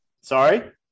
sorry